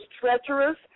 treacherous